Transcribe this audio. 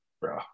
Bro